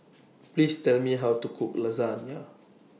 Please Tell Me How to Cook Lasagne